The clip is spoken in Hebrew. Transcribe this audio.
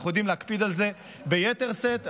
אנחנו יודעים להקפיד על זה ביתר שאת,